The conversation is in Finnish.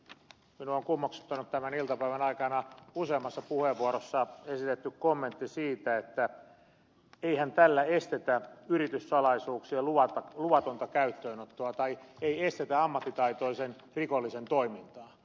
minua on kummeksuttanut tämän iltapäivän aikana useammassa puheenvuorossa esitetty kommentti siitä että eihän tällä estetä yrityssalaisuuksien luvatonta käyttöönottoa tai ei estetä ammattitaitoisen rikollisen toimintaa